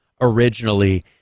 originally